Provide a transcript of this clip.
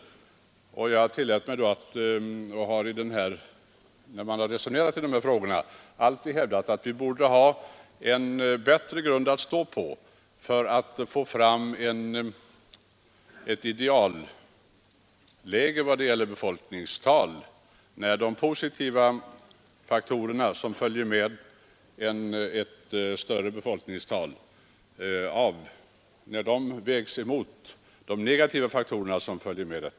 Jag hävdade också vid det här tillfället, och det har jag alltid gjort när vi resonerat om dessa frågor, att vi borde ha en bättre grund att stå på när det gäller att bedöma det ideala befolkningstalet i en tätort, så att vi vet var de positiva faktorer som följer med ett större befolkningstal uppvägs av de negativa.